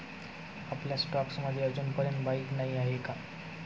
आपल्या स्टॉक्स मध्ये अजूनपर्यंत बाईक नाही आहे का?